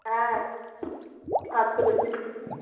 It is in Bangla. হ্যাঁ আর তো বেশি দিন নেই